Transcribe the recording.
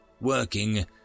working